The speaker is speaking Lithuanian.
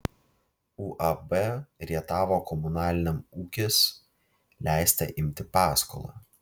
uab rietavo komunaliniam ūkis leista imti paskolą